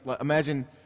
imagine